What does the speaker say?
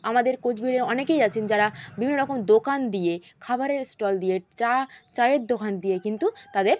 আমাদের কোচবিহারে অনেকেই আছেন যারা বিভিন্ন রকম দোকান দিয়ে খাবারের স্টল দিয়ে চা চায়ের দোকান দিয়ে কিন্তু তাদের